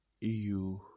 EU